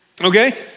okay